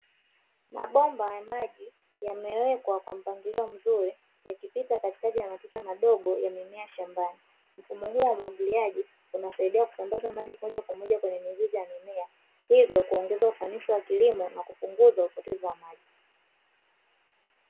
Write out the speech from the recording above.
Mabomba ya maji yamewekwa kwa mpangilio mzuri, yakipita katikati ya matuta madogo ya mimea shambani. Mfumo huu wa umwagiliaji unasaidia kusambaza maji moja kwa moja kwenye mizizi ya mimea, hivyo kuongeza ufanisi wa kilimo na kupunguza upotevu wa maji.